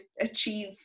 achieve